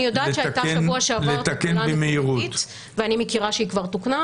אני יודעת שהייתה בשבוע שעבר תקלה נקודתית ואני מכירה שהיא כבר תוקנה,